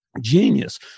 Genius